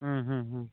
हं हं हं